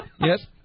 Yes